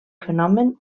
fenomen